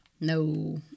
No